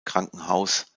krankenhaus